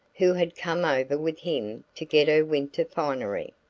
who had come over with him to get her winter finery.